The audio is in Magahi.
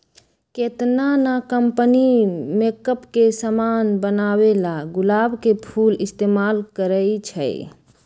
केतना न कंपनी मेकप के समान बनावेला गुलाब के फूल इस्तेमाल करई छई